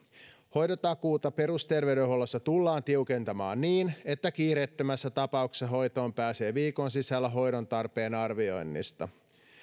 hoitotakuuta perusterveydenhuollossa tullaan tiukentamaan niin että kiireettömässä tapauksessa hoitoon pääsee viikon sisällä hoidon tarpeen arvioinnista